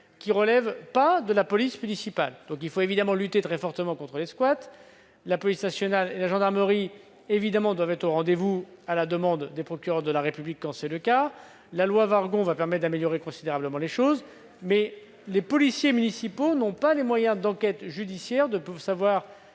qui ne relèvent pas de la police municipale. Il faut évidemment lutter très fortement contre les squats. La police nationale et la gendarmerie doivent être au rendez-vous, à la demande des procureurs de la République le cas échéant. La loi Wargon permettra d'améliorer considérablement la situation, mais les policiers municipaux n'ont pas les moyens d'enquête judiciaire leur